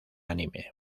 anime